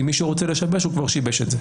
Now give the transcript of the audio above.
אם מישהו רוצה לשבש, הוא כבר שיבש את זה.